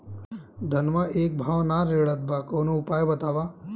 धनवा एक भाव ना रेड़त बा कवनो उपाय बतावा?